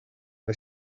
ver